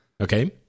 okay